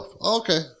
Okay